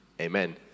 Amen